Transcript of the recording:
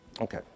Okay